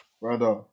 brother